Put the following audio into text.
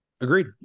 Agreed